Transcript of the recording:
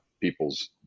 people's